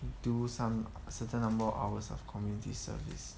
do some certain number of hours of community service